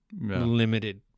limited